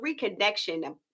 reconnection